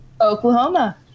Oklahoma